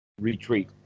retreat